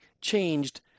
changed